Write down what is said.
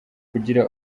kugira